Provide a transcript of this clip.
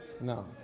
no